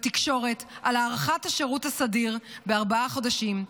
בתקשורת על הארכת השירות הסדיר בארבעה חודשים.